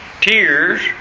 Tears